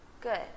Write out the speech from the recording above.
Good